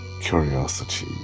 Curiosity